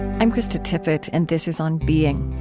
i'm krista tippett and this is on being.